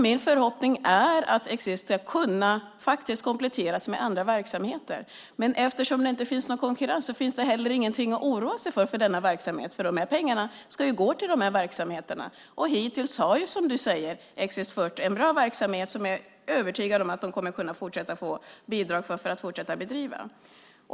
Min förhoppning är att Exit ska kompletteras med andra verksamheter. Men eftersom det inte finns någon konkurrens finns det inte heller någonting att oroa sig för i denna verksamhet. Pengarna ska gå till dessa verksamheter, och hittills har, som Veronica Palm säger, Exit utövat en bra verksamhet som jag är övertygad om att Exit kommer att fortsätta att få bidrag för.